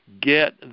get